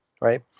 right